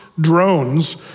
drones